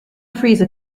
freezer